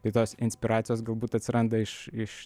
tai tos inspiracijos galbūt atsiranda iš iš